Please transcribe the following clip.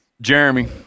Jeremy